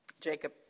Jacob